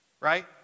Right